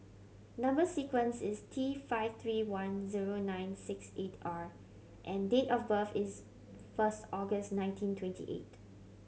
number sequence is T five three one zero nine six eight R and date of birth is first August nineteen twenty eight